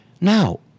Now